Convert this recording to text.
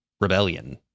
rebellion